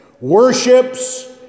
worships